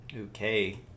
okay